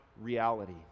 reality